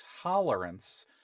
tolerance